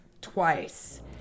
twice